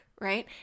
right